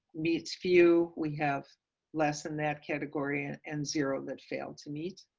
meets few we have less in that category and and zero that failed to meet,